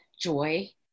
joy